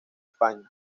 españa